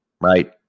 right